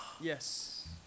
Yes